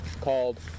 called